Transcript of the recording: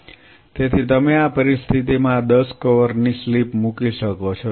તેથી તમે આ પરિસ્થિતિમાં આ 10 કવરની સ્લિપ મૂકી શકો છો